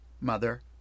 Mother